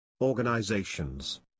organizations